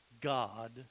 God